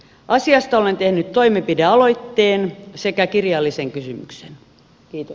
asiasta olen tehnyt toimenpidealoitteen sekä kirjallisen kysymyksen